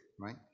right